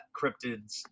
cryptids